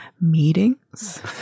meetings